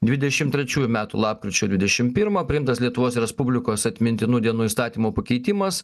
dvidešim trečiųjų metų lapkričio dvidešim pirmą priimtas lietuvos respublikos atmintinų dienų įstatymo pakeitimas